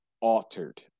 altered